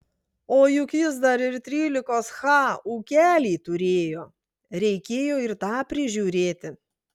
o juk jis dar ir trylikos ha ūkelį turėjo reikėjo ir tą prižiūrėti